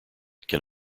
can